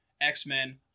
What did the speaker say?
X-Men